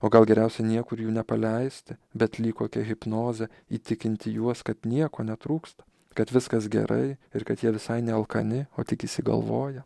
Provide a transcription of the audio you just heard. o gal geriausia niekur jų nepaleisti bet lyg kokia hipnoze įtikinti juos kad nieko netrūksta kad viskas gerai ir kad jie visai ne alkani o tik išsigalvoja